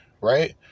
right